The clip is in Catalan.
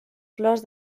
flors